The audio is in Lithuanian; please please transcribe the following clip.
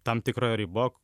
tam tikra riba